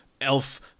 elf